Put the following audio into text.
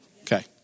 Okay